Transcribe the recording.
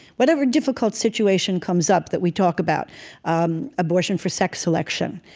whatever difficult situation comes up that we talk about um abortion for sex selection,